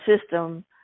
system